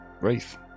wraith